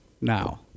Now